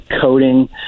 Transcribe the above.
coding